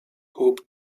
hope